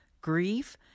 grief